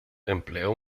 empleó